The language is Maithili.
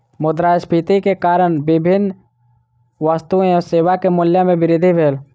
मुद्रास्फीति के कारण विभिन्न वस्तु एवं सेवा के मूल्य में वृद्धि भेल